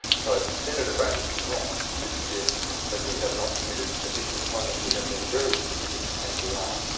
so senator brandis is wrong to suggest that we have not committed additional funding, we have been very specific, and we are.